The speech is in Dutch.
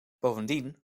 bovendien